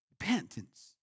Repentance